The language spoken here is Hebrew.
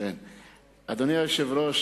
אדוני היושב-ראש,